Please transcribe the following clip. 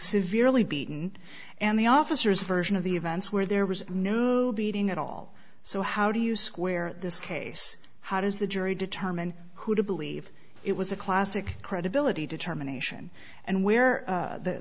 severely beaten and the officers version of the events where there was no beating at all so how do you square this case how does the jury determine who to believe it was a classic credibility determination and where